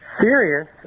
serious